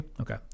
okay